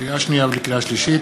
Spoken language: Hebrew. לקריאה שנייה ולקריאה שלישית: